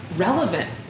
Relevant